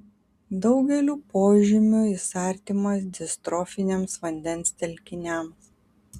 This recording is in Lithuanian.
daugeliu požymių jis artimas distrofiniams vandens telkiniams